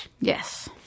Yes